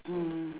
mm